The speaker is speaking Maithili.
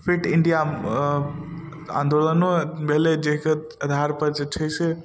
फिट इण्डिया आन्दोलनो भेलै जाहिके आधारपर जे छै से